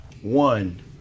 One